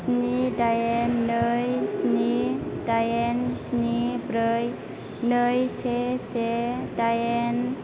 स्नि दाइन नै स्नि दाइन स्नि ब्रै नै से से दाइन